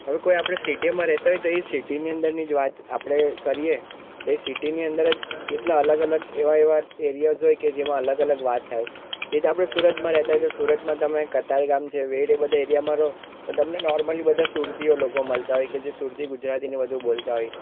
હવે કોઈ આપણે સિટીમાં રહેતા હોય તો એ સિટીની અંદરની જ વાત આપણે કરીએ તો એ સિટીની અંદર જ કેટલા અલગ અલગ એવા એવા એરિયાઝ હોય કે જેમાં અલગ અલગ વાત થાય એવી રીતે આપણે સુરતમાં રહેતા હોય તો સુરતમાં તમે કતારગામ છે વેડ એ બધા એરિયામાં રહો તો તમને નૉર્મલી બધા સુરતીઓ લોકો મળતા હોય કે જે સુરતી ગુજરાતીને બધુ બોલતા હોય